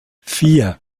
vier